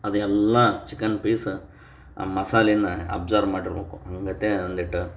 ಅದೆಲ್ಲ chicken piece ಆ ಮಸಾಲೆನ್ನು ಅಬ್ಸರ್ವ್ ಮಾಡಿರ್ಬೇಕು ಮತ್ತು ಒಂದಿಟ